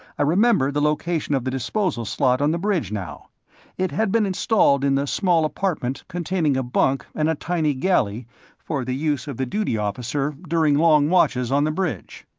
i remembered the location of the disposal slot on the bridge now it had been installed in the small apartment containing a bunk and a tiny galley for the use of the duty officer during long watches on the bridge.